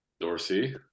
Dorsey